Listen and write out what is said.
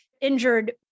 injured